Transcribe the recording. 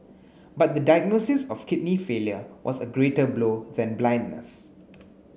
but the diagnosis of kidney failure was a greater blow than blindness